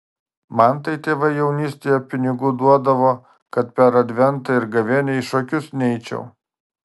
man tai tėvai jaunystėje pinigų duodavo kad per adventą ir gavėnią į šokius neičiau